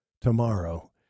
tomorrow